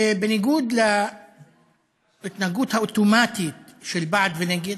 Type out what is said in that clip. ובניגוד להתנהגות האוטומטית של בעד ונגד,